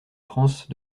france